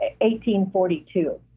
1842